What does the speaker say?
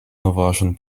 novaĵon